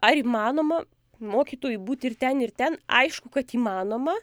ar įmanoma mokytojui būti ir ten ir ten aišku kad įmanoma